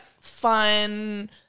fun